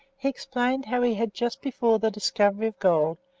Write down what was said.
he explained how he had, just before the discovery of gold,